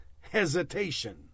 hesitation